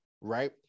right